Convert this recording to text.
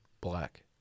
Black